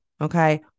okay